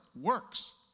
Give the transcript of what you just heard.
works